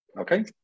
Okay